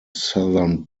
southern